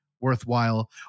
worthwhile